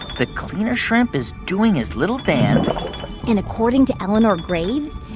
the cleaner shrimp is doing his little dance and according to eleanor graves,